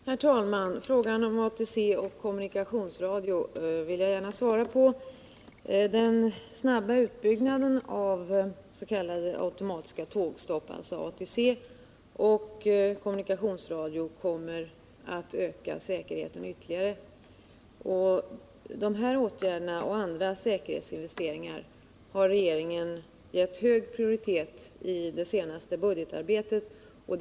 Herr talman! Frågan om ATC och kommunikationsradio vill jag gärna svara på. Den snabba utbyggnaden av s.k. automatiska tågstopp — alltså ATC — och kommunikationsradio kommer att öka säkerheten ytterligare, och regeringen har i det senaste budgetarbetet gett de åtgärderna och andra säkerhetsinvesteringar hög prioritet.